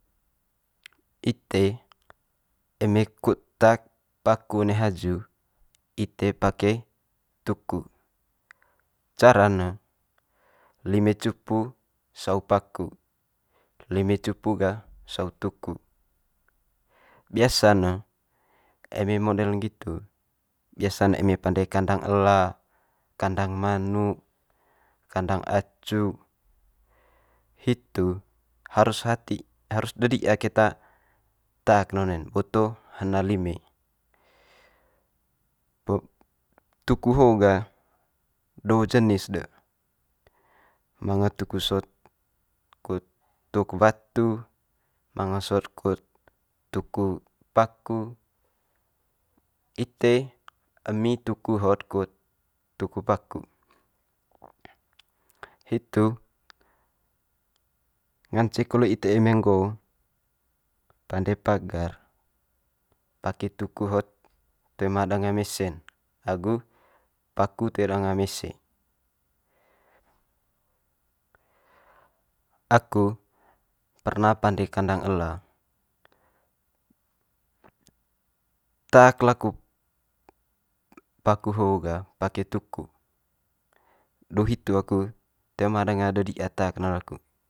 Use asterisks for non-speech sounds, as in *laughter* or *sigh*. ite eme kut tak paku one haju ite pake tuku. Cara'n ne lime cupu sau paku, lime cupu gah sau tuku. Biasa'n ne eme model nggitu, biasa'n eme pande kandang ela kandang manuk kandang acu, hitu harus hati harus dedi'a keta tak ne one'n boto hena lime. *unintelligible* tuku ho'o gah do jenis de manga tuku sot kut tuk watu, manga sot kud tuku paku ite emi tuku hot kut tuku paku, hitu ngance kole ite eme nggo pande pagar, pake tuku hot toe ma danga mese'n agu paku toe danga mese. Aku perna pande kandang ela tak laku paku ho gah pake tuku du hitu aku toe ma danga de di'a tak ne laku.